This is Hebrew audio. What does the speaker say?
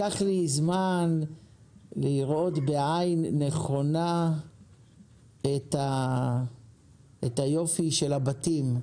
לקח לי זמן לראות בעין נכונה את היופי של הבתים,